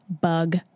bug